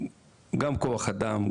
גם כוח אדם ,